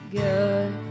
good